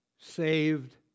saved